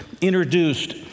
introduced